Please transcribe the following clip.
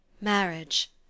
Marriage—